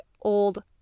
Old